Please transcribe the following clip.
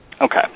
Okay